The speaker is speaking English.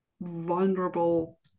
vulnerable